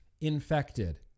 infected